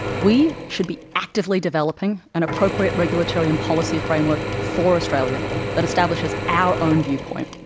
we should be actively developing an appropriate regulatory and policy framework for australia that establishes our own viewpoint.